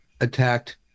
attacked